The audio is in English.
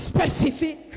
Specific